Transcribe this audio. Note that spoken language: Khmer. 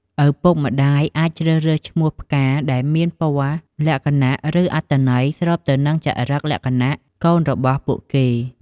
ឪពុកម្តាយ អាចជ្រើសរើសឈ្មោះផ្កាដែលមាន ពណ៌ លក្ខណៈ ឬអត្ថន័យ ស្របទៅនឹងចរិក លក្ខណៈ កូនរបស់ពួកគេ។